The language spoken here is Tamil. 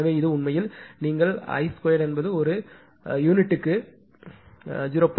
எனவே இது உண்மையில் உங்கள் i2 என்பது ஒரு யூனிட்டுக்கு 0